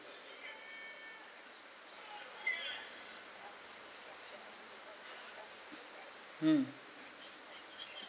mm